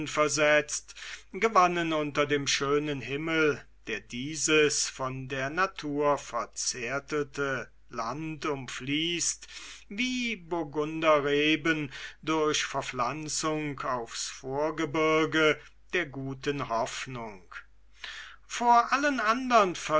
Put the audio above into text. versetzt gewannen unter dem schönen himmel der dieses von der natur verzärtelte land umfließt wie burgunderreben durch verpflanzung aufs vorgebirge vor allen andern